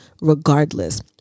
regardless